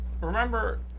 Remember